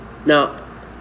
Now